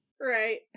Right